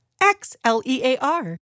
X-L-E-A-R